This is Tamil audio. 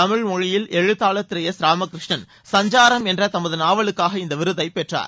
தமிழ் மொழியில் எழுத்தாளர் திரு எஸ் ராமகிருஷ்ணன் சஞ்சாரம் என்ற தமது நாவலுக்காக இந்த விருதை பெற்றார்